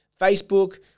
Facebook